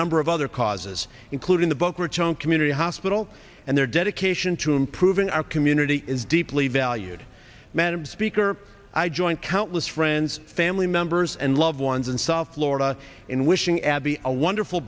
number of other causes including the boca raton community hospital and their dedication to improving our community is deeply valued madam speaker i join countless friends family members and loved ones in south florida in wishing abby a wonderful